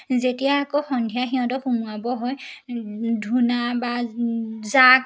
যেতিয়া আকৌ সন্ধিয়া সিহঁতক সোমোৱাব হয় ধূনা বা জাক